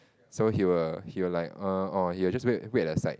so he will he will like err orh he will just wait wait at the side